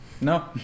No